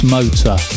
Motor